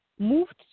Moved